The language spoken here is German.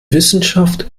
wissenschaft